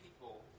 people